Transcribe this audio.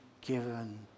given